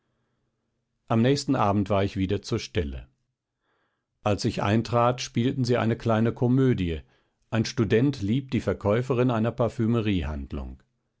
am nächsten abend war ich wieder zur stelle als ich eintrat spielten sie eine kleine komödie ein student liebt die verkäuferin einer